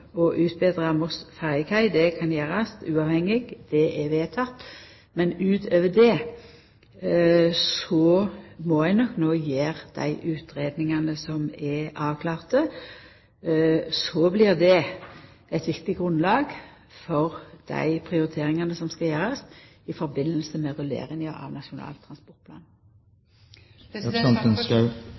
kan gjerast uavhengig, det er vedteke – men utover det må ein nok no gjera dei utgreiingane som er avklarte. Det blir eit viktig grunnlag for dei prioriteringane som skal gjerast i samband med rulleringa av Nasjonal transportplan.